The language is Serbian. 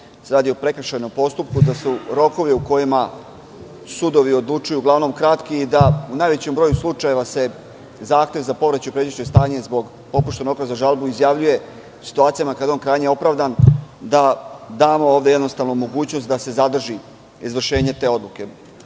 se radi o prekršajnom postupku, da su rokovi u kojima sudovi odlučuju uglavnom kratki i da se u najvećem broju slučajeva zahtev za povraćaj u pređašnje stanje zbog roka za žalbu izjavljuje u situacijama kada je on krajnje opravdan, da damo ovde jednostavno mogućnost da se zadrži izvršenje te